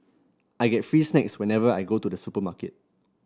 I get free snacks whenever I go to the supermarket